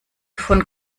von